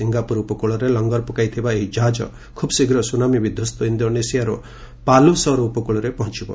Singapore ଉପକୂଳରେ ଲଙ୍ଗର ପକାଇଥିବା ଏହି କାହାଜ ଖୁବ୍ ଶୀଘ୍ର ସୁନାମି ବିଧ୍ୱସ୍ତ ଇଷ୍ଡୋନେସିଆର ପାଲୁ ସହର ଉପକୂଳରେ ପହଞ୍ଚବ